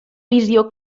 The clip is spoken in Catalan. visió